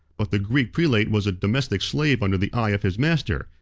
but the greek prelate was a domestic slave under the eye of his master,